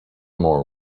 more